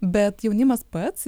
bet jaunimas pats